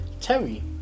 Terry